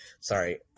sorry